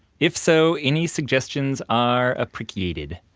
if so, any suggestions are appreciated.